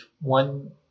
one